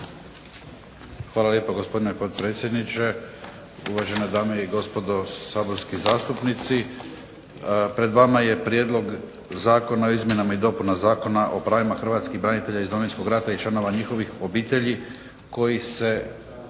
Hvala lijepa gospodine potpredsjedniče, uvažene dame i gospodo saborski zastupnici. Pred vama je prijedlog Zakona o izmjenama i dopunama Zakona o pravima hrvatskih branitelja iz Domovinskog rata i članova njihovih obitelji, koji se